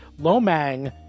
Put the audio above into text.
Lomang